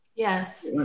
Yes